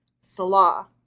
Salah